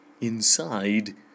inside